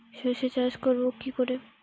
সর্ষে চাষ করব কি করে?